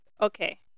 okay